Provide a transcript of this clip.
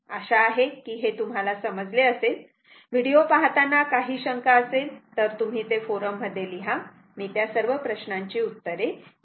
आशा आहे की हे तुम्हाला समजले असेल व्हिडिओ पाहताना काही शंका असेल तर तुम्ही ते फोरम मध्ये लिहा मी त्या सर्व प्रश्नांची उत्तर देईल